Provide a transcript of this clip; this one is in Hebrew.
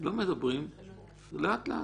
לא מדברים, ולאט-לאט.